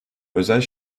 özel